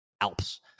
Alps